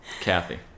Kathy